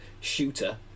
Shooter